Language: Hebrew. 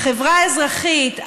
החברה האזרחית,